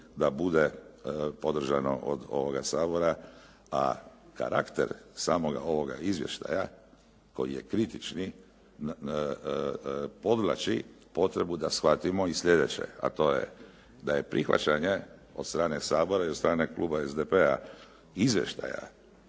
da bude podržano od ovoga Sabora a karakter samog ovog izvještaja koji je kritični podvlači potrebu da shvatimo i slijedeće a to je da je prihvaćanje od strane Sabora i od strane kluba SDP-a izvještaja